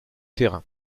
terrain